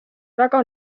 väga